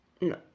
No